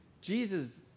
Jesus